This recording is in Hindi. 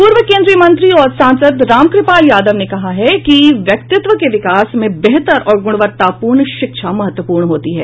पूर्व केंद्रीय मंत्री और सांसद रामकृपाल यादव ने कहा है कि व्यक्तित्व के विकास में बेहतर और गुणवत्तापूर्ण शिक्षा महत्वपूर्ण होती है